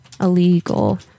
illegal